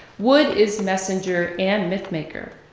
wood is messenger and mythmaker.